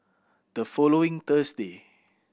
the following Thursday